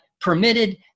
permitted